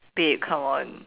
babe come on